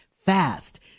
fast